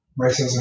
racism